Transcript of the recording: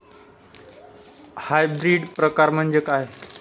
Hybrid प्रकार म्हणजे काय?